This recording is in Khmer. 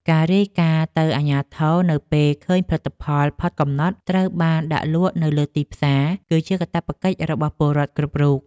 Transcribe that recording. ការរាយការណ៍ទៅអាជ្ញាធរនៅពេលឃើញផលិតផលផុតកំណត់ត្រូវបានដាក់លក់លើទីផ្សារ គឺជាកាតព្វកិច្ចរបស់ពលរដ្ឋគ្រប់រូប។